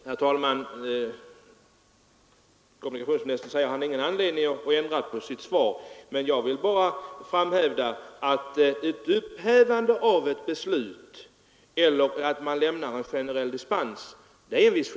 Herr talman! Kommunikationsministern säger att han inte har någon anledning att ändra sitt svar. Jag vill bara framhålla att det är en viss skillnad mellan att upphäva ett beslut och att lämna en generell dispens.